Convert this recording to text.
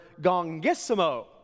gongissimo